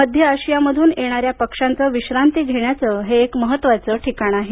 मध्य आशियामधून येणाऱ्या पक्ष्यांचं विश्रांती घेण्याचं हे एक महत्त्वाचं ठिकाण आहे